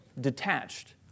detached